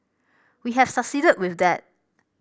we have succeeded with that